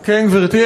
כן, גברתי.